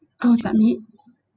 on submit